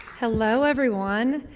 hello everyone!